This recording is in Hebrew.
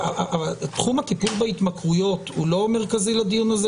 תחום הטיפול בהתמכרויות הוא לא מרכזי לדיון הזה,